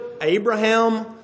Abraham